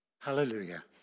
Hallelujah